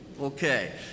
Okay